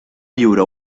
viure